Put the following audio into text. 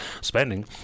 spending